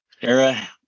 Sarah